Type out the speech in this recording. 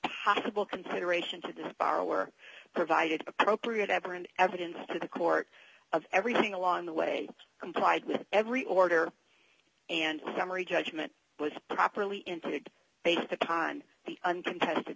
possible consideration to the borrower provided appropriate ever and evidence to the court of everything along the way complied with every order and summary judgment was properly inflated based upon the uncontested